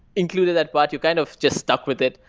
included that part, you kind of just stuck with it.